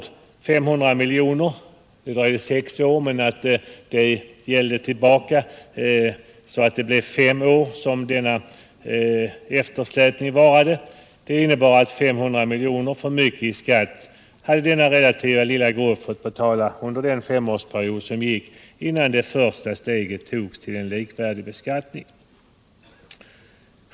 Det innebär att denna relativt lilla grupp hade fått betala 500 miljoner för mycket i skatt innan det första steget togs till en likvärdig beskattning.